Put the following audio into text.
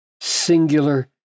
Singular